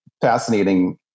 fascinating